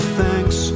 thanks